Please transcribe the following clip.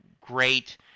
great